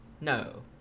No